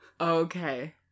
Okay